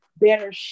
better